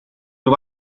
nhw